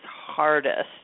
hardest